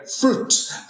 fruit